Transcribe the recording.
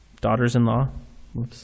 Daughters-in-law